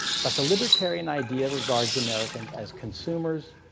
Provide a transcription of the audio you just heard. but the libertarian idea regards americans as consumers,